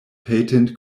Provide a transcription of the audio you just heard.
patent